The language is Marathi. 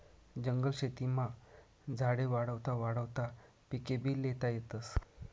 जंगल शेतीमा झाडे वाढावता वाढावता पिकेभी ल्हेता येतस